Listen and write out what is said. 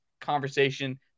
conversation